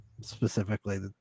Specifically